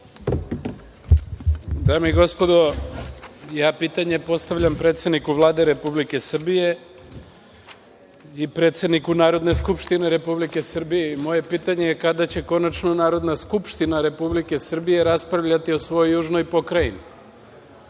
Dame i gospodo, pitanje postavljam predsedniku Vlade Republike Srbije i predsedniku Narodne skupštine Republike. Moje pitanje – kada će konačno Narodna skupština Republike Srbije raspravljati o svojoj južnoj pokrajini? To